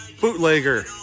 bootlegger